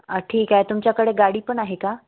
अ ठीक आहे तुमच्याकडे गाडी पण आहे का